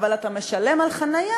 אבל אתה משלם על חניה,